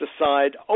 decide